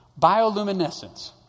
Bioluminescence